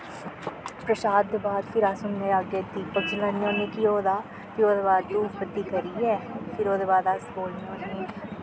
परशाद दे बाद फिर उं'दे अग्गें अस दीपक जलाने होने घ्यो दा फ्ही ओह्दै बाद धूफ बत्ती करियै फिर ओह्दे बाद अस बोलने होन्ने